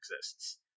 exists